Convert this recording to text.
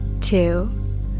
two